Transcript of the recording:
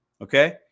Okay